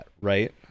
right